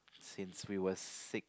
since we were sick